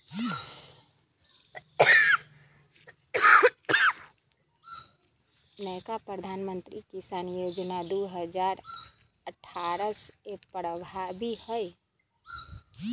नयका प्रधानमंत्री किसान जोजना दू हजार अट्ठारह से प्रभाबी हइ